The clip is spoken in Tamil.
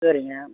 சரிங்க